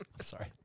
Sorry